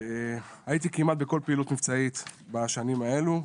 הייתי כמעט בכל פעילות מבצעית בשנים האלה,